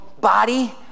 body